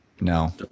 No